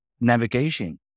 navigation